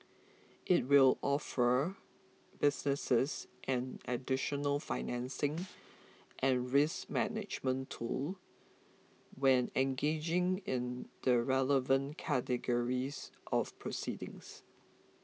it will offer businesses an additional financing and risk management tool when engaged in the relevant categories of proceedings